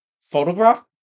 photograph